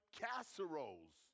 casseroles